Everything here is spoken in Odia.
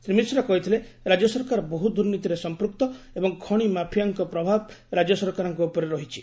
ଶ୍ରୀ ମିଶ୍ର କହିଥିଲେ ରାଜ୍ୟ ସରକାର ବହୁ ଦୁର୍ନୀତିରେ ସଂପ୍ୟକ୍ତ ଏବଂ ଖଶି ମାଫିଆଙ୍କ ପ୍ରଭାବ ରାଜ୍ୟ ସରକାରଙ୍କ ଉପରେ ରହିଛି